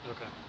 Okay